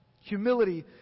Humility